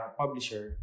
publisher